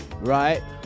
right